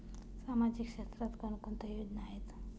सामाजिक क्षेत्रात कोणकोणत्या योजना आहेत?